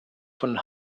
von